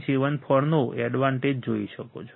74 નો એડવાન્ટેજ જોઈ શકો છો